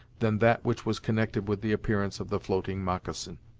than that which was connected with the appearance of the floating moccasin.